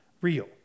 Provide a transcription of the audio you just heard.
real